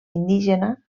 indígena